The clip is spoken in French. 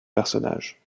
personnage